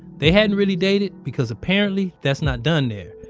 they hadn't really dated because apparently that's not done there.